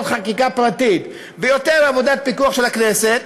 חקיקה פרטית ויותר עבודת פיקוח של הכנסת,